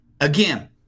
again